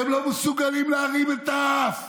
אתם לא מסוגלים להרים את האף,